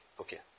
okay